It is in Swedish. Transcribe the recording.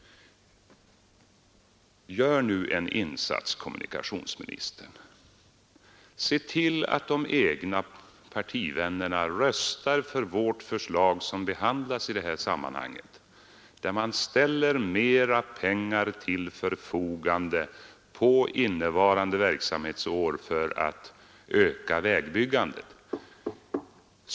Gör nu en insats, herr kommunikationsminister! Se till att de egna partivännerna röstar för vårt förslag som behandlas i det här sammanhanget och där man ställer mera pengar till förfogande under innevarande verksamhetsår för att öka vägbyggandet!